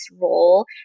role